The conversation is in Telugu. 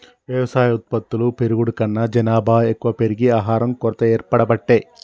వ్యవసాయ ఉత్పత్తులు పెరుగుడు కన్నా జనాభా ఎక్కువ పెరిగి ఆహారం కొరత ఏర్పడబట్టే